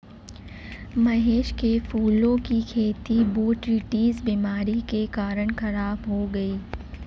महेश के फूलों की खेती बोटरीटिस बीमारी के कारण खराब हो गई